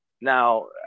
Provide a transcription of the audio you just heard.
Now